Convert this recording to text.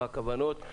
מה הכוונות.